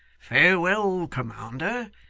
farewell, commander.